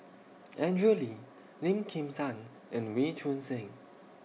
Andrew Lee Lim Kim San and Wee Choon Seng